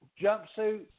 jumpsuit